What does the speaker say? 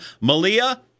Malia